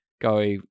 go